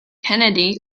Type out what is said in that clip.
kennedy